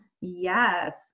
yes